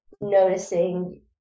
noticing